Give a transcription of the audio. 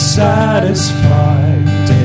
satisfied